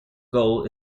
goal